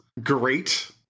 great